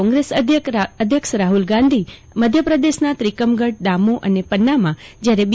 કોંગ્રેસ અધ્યક્ષ રાહુલ ગાંધી મધ્યપ્રદેશના તિકમગઢ દામોહ તથા પન્નામાં જયારે બી